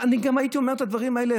אני גם הייתי אומר את הדברים האלה,